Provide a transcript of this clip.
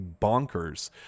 bonkers